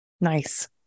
nice